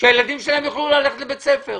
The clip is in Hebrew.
שהילדים שלהם יוכלו ללכת לבית ספר.